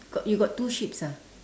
got you got two sheeps ah